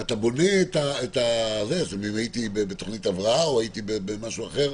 אתה בונה הייתי בתוכנית הבראה או משהו אחר